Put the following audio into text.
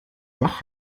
wach